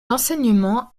enseignement